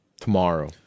tomorrow